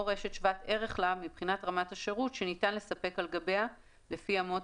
או רשת שוות ערך לה מבחינת רמת השירות שניתן לספק על גביה לפי אמות